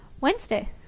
Wednesday